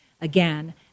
again